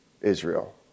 Israel